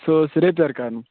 سُہ اوس رِپیٚر کَرُن